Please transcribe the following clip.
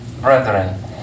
Brethren